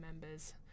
members